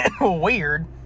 Weird